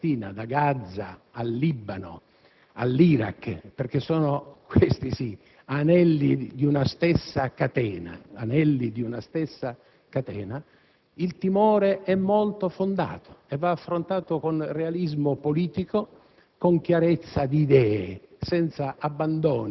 che si apra un incendio che va dalla Palestina, da Gaza al Libano, all'Iraq - perché sono, questi sì, anelli di una stessa catena - è molto fondato e va affrontato con realismo politico,